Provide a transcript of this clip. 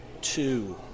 two